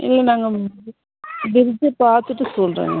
இல்லை நாங்கள் பிரிட்ஜை பார்த்துட்டு சொல்லுறோங்க